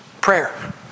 Prayer